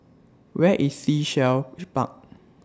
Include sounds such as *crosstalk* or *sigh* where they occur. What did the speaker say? Where IS Sea Shell *noise* Park